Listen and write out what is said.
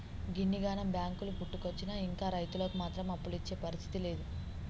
గిన్నిగనం బాంకులు పుట్టుకొచ్చినా ఇంకా రైతులకు మాత్రం అప్పులిచ్చే పరిస్థితి లేదు